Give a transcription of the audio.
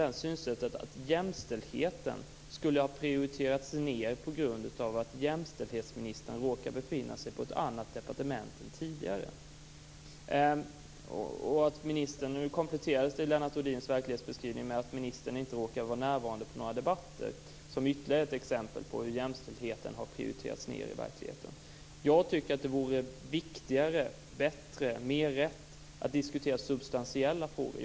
Det är synsättet att jämställdheten skulle ha prioriterats ned på grund av att jämställdhetsministern råkar befinna sig på ett annat departement än tidigare. I Lennart Rohdins verklighetsbeskrivning kompletterades resonemanget med att jämställdhetsministern råkat vara frånvarande vid några debatter, som ytterligare ett exempel på hur jämställdheten har prioriterats ned i verkligheten. Jag tycker att det vore viktigare, bättre och mer rätt att diskutera substantiella frågor.